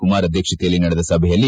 ಕುಮಾರ್ ಅಧ್ಯಕ್ಷತೆಯಲ್ಲಿ ನಡೆದ ಸಭೆಯಲ್ಲಿ